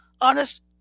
Honest